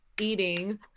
eating